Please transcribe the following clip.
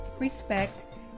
respect